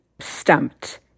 stumped